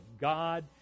God